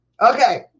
Okay